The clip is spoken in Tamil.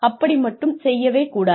அப்படி மட்டும் செய்யவே கூடாது